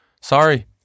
Sorry